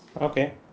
Okay